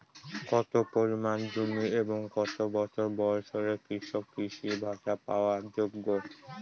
কত পরিমাণ জমি এবং কত বছর বয়স হলে কৃষক কৃষি ভাতা পাওয়ার যোগ্য?